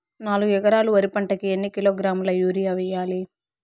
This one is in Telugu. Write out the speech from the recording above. నాలుగు ఎకరాలు వరి పంటకి ఎన్ని కిలోగ్రాముల యూరియ వేయాలి?